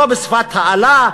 לא בשפת האלה,